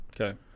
Okay